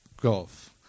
Golf